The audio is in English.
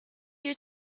your